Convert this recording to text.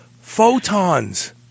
photons